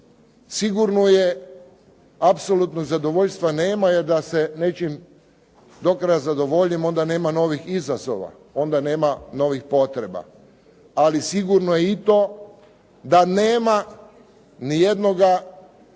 Sigurno je, apsolutno zadovoljstva nema jer da se nečim do kraja zadovoljimo onda nema novih izazova, onda nema novih potreba. Ali sigurno je i to da nema ni jednoga od